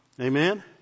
Amen